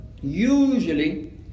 Usually